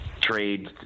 trade